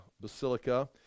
basilica